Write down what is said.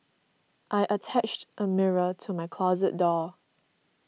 I attached a mirror to my closet door